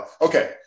Okay